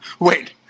Wait